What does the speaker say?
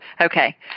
Okay